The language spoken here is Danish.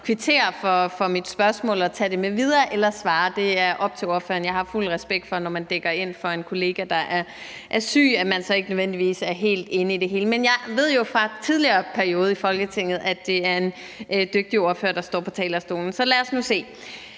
kvittere for mit spørgsmål og tage det med videre, eller også kan han svare. Det er op til ordføreren. Jeg har fuld respekt for, at man, når man dækker ind for en kollega, der er syg, så ikke nødvendigvis er helt inde i det hele. Men jeg ved jo fra en tidligere periode i Folketinget, at det er en dygtig ordfører, der står på talerstolen, så lad os nu se.